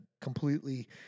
completely